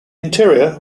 interior